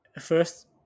first